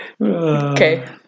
Okay